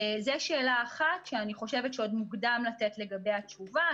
זו שאלה אחת שאני חושבת שעוד מוקדם לתת לגבייה תשובה,